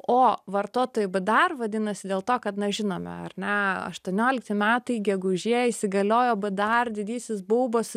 o vartotojai bėdar vadinasi dėl to kad na žinome ar ne aštuoniolikti metai gegužė įsigaliojo dar didysis baubas